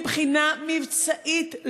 מבחינה מבצעית,